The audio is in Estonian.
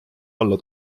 alla